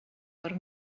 per